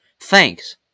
Thanks